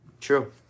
true